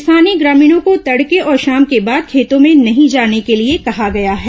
स्थानीय ग्रामीणों को तड़के और शाम के बाद खेतों में नहीं जाने के लिए कहा गया है